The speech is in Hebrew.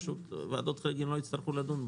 פשוט ועדות חריגים לא יצטרכו לדון בהם.